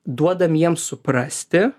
duodam jiems suprasti